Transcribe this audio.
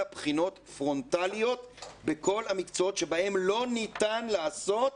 בחינות פרונטליות בכל המקצועות שבהם לא ניתן לעשות